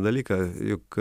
dalyką juk